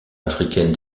africaine